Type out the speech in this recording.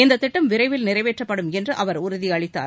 இந்த திட்டம் விரைவில் நிறைவேற்றப்படும் என்று அவர் உறுதி அளித்தார்